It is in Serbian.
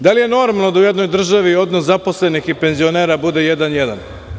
Da li je normalno da u jednoj državi odnos zaposlenih i penzionera bude 1:1?